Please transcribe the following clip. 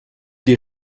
die